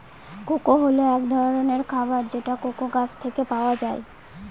cocoa হল এক ধরনের খাবার যেটা কোকো গাছ থেকে পায়